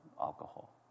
alcohol